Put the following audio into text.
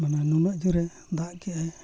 ᱢᱟᱱᱮ ᱱᱩᱱᱟᱹᱜ ᱡᱳᱨᱮ ᱫᱟᱜ ᱠᱮᱜᱼᱟᱭ